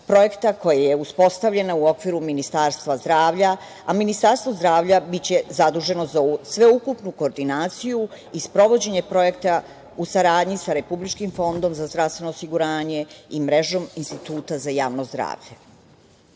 projekta koji je uspostavljen u okviru Ministarstva zdravlja, a Ministarstvo zdravlja biće zaduženo za sveukupnu koordinaciju i sprovođenje projekta u saradnji sa Republičkim fondom za zdravstveno osiguranje i mrežom Instituta za javno zdravlje. Ovaj